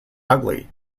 ugly